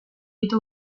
ditu